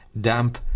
damp